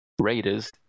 Raiders